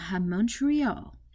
Montreal